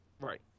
Right